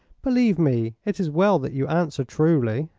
believe me, it is well that you answer truly.